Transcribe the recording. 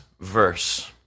verse